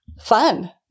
Fun